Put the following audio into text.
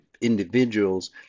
individuals